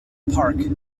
park